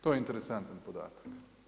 To je interesantan podatak.